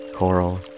Coral